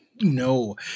No